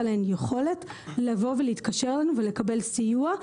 לבוא ולהתקשר אלינו כדי לקבל סיוע,